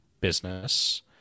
business